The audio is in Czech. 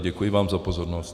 Děkuji vám za pozornost.